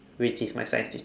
which is my science teacher